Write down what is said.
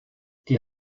die